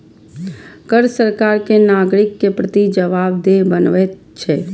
कर सरकार कें नागरिक के प्रति जवाबदेह बनबैत छै